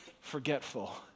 forgetful